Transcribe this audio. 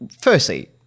Firstly